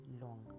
long